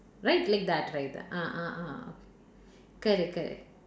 right like that right ah ah ah correct correct